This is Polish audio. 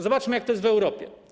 Zobaczmy, jak to jest w Europie.